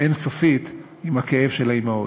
אין-סופית עם הכאב של האימהות.